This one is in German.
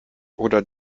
oder